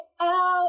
out